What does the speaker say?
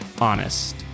honest